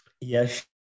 Yes